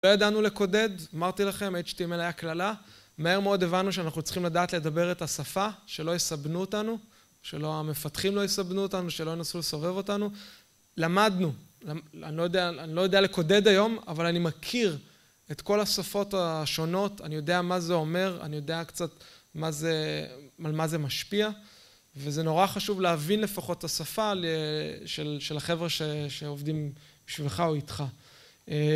לא ידענו לקודד, אמרתי לכם, HTML היה קללה. מהר מאוד הבנו שאנחנו צריכים לדעת לדבר את השפה, שלא יסבנו אותנו, שלא המפתחים לא יסבנו אותנו, שלא ינסו לסובב אותנו. למדנו, אני לא יודע לקודד היום, אבל אני מכיר את כל השפות השונות, אני יודע מה זה אומר, אני יודע קצת על מה זה משפיע, וזה נורא חשוב להבין לפחות את השפה של החבר'ה שעובדים בשבילך או איתך.